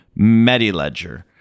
Mediledger